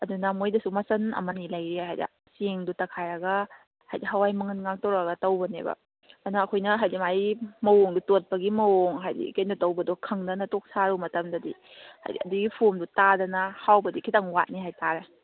ꯑꯗꯨꯅ ꯃꯣꯏꯗꯁꯨ ꯃꯆꯜ ꯑꯃꯑꯅꯤ ꯂꯩꯔꯤ ꯍꯥꯏꯕ ꯆꯦꯡꯗꯨ ꯇꯛꯈꯥꯏꯔꯒ ꯍꯥꯏꯗꯤ ꯍꯋꯥꯏ ꯃꯪꯒꯟ ꯉꯥꯛꯇ ꯇꯧꯔꯒ ꯇꯧꯕꯅꯦꯕ ꯑꯗꯨꯅ ꯑꯩꯈꯣꯏꯅ ꯍꯥꯏꯗꯤ ꯃꯥꯒꯤ ꯃꯑꯣꯡꯗꯣ ꯇꯣꯠꯄꯒꯤ ꯃꯑꯣꯡ ꯍꯥꯏꯗꯤ ꯀꯩꯅꯣ ꯇꯧꯕꯗꯣ ꯈꯪꯗꯅ ꯇꯣꯛ ꯁꯥꯔꯨ ꯃꯇꯝꯗꯗꯤ ꯍꯥꯏꯗꯤ ꯑꯗꯨꯒꯤ ꯐꯣꯔꯝꯗꯣ ꯇꯥꯗꯅ ꯍꯥꯎꯕꯗꯤ ꯈꯤꯇꯪ ꯋꯥꯠꯅꯤ ꯍꯥꯏꯇꯥꯔꯦ